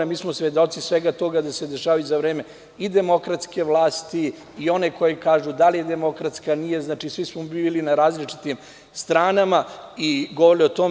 Mi smo svedoci svega toga da se dešavalo i za vreme demokratske vlasti i one koja kaže da li je demokratska ili nije, svi smo bili na različitim stranama i govorili o tome.